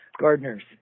gardeners